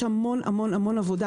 צריך להבין שיש המון המון עבודה,